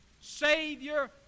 Savior